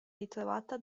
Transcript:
ritrovata